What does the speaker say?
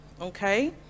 okay